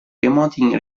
remoti